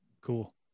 Cool